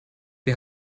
wir